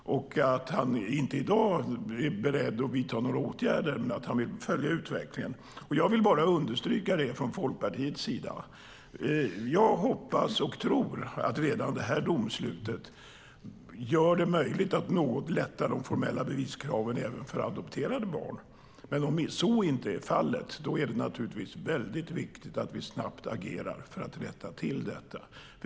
Han är inte i dag beredd att vidta några åtgärder, men han kommer alltså att följa utvecklingen. Jag vill bara understryka från Folkpartiets sida att jag hoppas och tror att redan detta domslut gör det möjligt att något lätta på de formella beviskraven även för adopterade barn. Men om så inte är fallet är det viktigt att vi snabbt agerar för att rätta till detta.